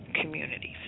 communities